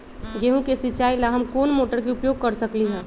गेंहू के सिचाई ला हम कोंन मोटर के उपयोग कर सकली ह?